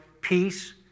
peace